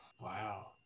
Wow